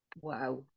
Wow